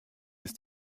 ist